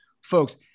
Folks